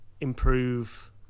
improve